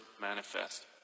manifest